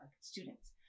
students